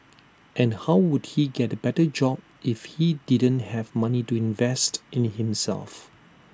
and how would he get A better job if he didn't have money to invest in himself